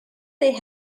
they